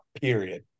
period